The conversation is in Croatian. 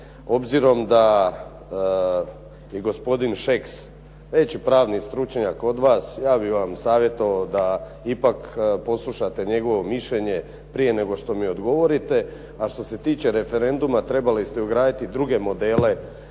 Obzirom da je gospodin Šeks veći pravni stručnjak od vas, ja bih vam savjetovao da ipak poslušate njegovo mišljenje prije nego što mi odgovorite, a što se tiče referenduma trebali ste ugraditi druge modele